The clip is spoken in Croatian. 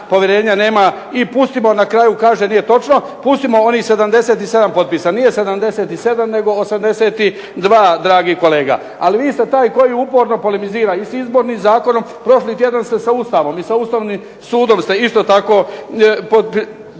povjerenja i pustimo na kraju kaže nije točno, pustimo onih 77 potpisa, nije 77 nego 82 dragi kolega. Ali vi ste taj koji uporno polemizira i s Izbornim zakonom, prošli tjedan ste sa Ustavom i sa Ustavnim sudom ste isto tako polemizirali.